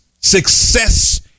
success